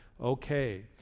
okay